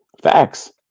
Facts